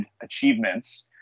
achievements